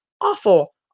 awful